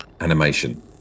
Animation